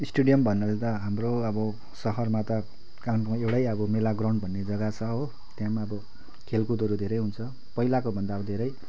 stadium भन्नुले त हाम्रो अब सहरमा त एउटै अब मेला ग्राउन्ड भन्ने जग्गा छ हो त्यहाँ पनि अब खेलकुदहरू धेरै हुन्छ पहिलाकोभन्दा अब धेरै